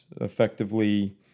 effectively